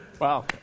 Wow